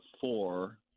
four